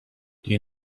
you